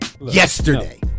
yesterday